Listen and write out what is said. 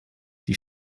die